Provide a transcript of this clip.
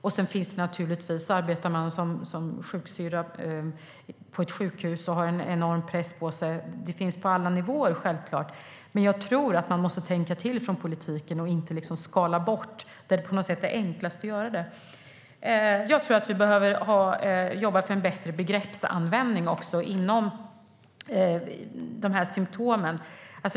Om man arbetar som sjuksyster på ett sjukhus har man också där en enorm press på sig. Den finns förstås på alla nivåer, och jag tror att man från politiken måste tänka till och inte skala bort där det är enklast att göra det. Dessutom tror jag att vi behöver jobba för en bättre begreppsanvändning vad gäller symtomen.